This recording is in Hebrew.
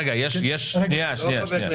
שנייה, שנייה.